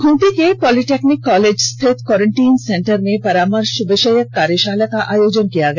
खूंटी के polytechnic college स्थित quarantine centre में परामर्श विषयक कार्यशाला का आयोजन किया गया